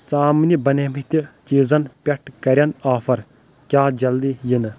ژامنہِ بنیٛمٕتہِ چیٖزن پٮ۪ٹھ کرن آفر ؟ کیٛاہ جلدٕی یِنہٕ؟